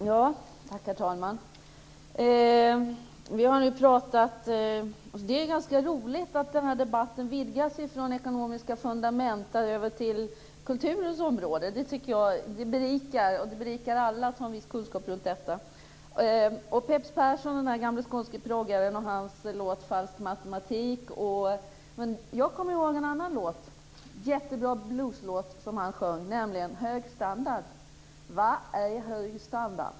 Herr talman! Det är ganska roligt att den här debatten har vidgats från ekonomiska fundament över till kulturens område. Det berikar alla att ha en viss kunskap runt detta. Det var den gamle skånske proggaren Peps Perssons låt Falsk matematik. Jag kommer ihåg en annan låt, en jättebra blueslåt, som han sjöng, nämligen Hög standard: "Vad är hög standard?"